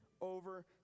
over